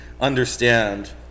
understand